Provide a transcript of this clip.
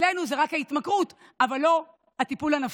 אצלנו זה רק ההתמכרות אבל לא הטיפול הנפשי.